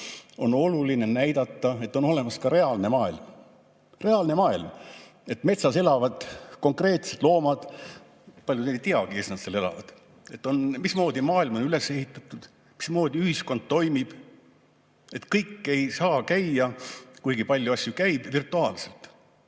on oluline näidata, et on olemas ka reaalne maailm. Reaalne maailm! Metsas elavad konkreetsed loomad – paljud ei teagi, kes nad seal elavad. Mismoodi maailm on üles ehitatud, mismoodi ühiskond toimib. Et kõik ei saa käia – kuigi palju asju käib – virtuaalselt,